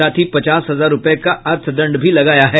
साथ ही पचास हजार रूपये का अर्थदंड भी लगाया है